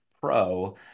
pro